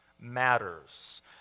matters